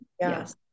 Yes